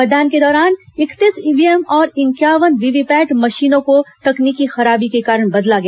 मतदान के दौरान इकतीस ईव्हीएम और इंक्यावन वीवीपैट मशीनों को तकनीकी खराबी के कारण बदला गया